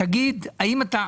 תגיד האם אתה,